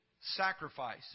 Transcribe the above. sacrifice